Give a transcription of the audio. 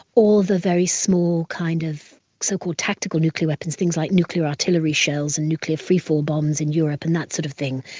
or the very small kind of so-called tactical nuclear weapons, things like nuclear artillery shells and nuclear free-fall bombs in europe and that sort of thing.